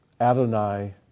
Adonai